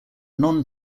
non